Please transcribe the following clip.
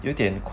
有点